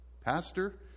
Pastor